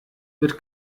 wird